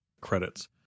credits